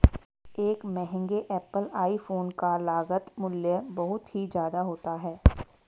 एक महंगे Apple iPhone का लागत मूल्य बहुत ही ज्यादा होता है